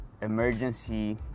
emergency